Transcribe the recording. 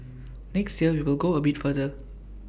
next year we will go A bit further